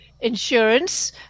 insurance